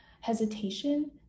hesitation